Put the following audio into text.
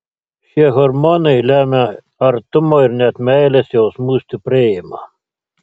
šie hormonai lemia artumo ir net meilės jausmų stiprėjimą